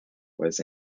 was